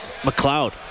McLeod